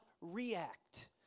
react